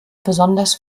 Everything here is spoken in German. besonders